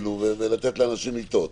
ולתת לאנשים לטעות.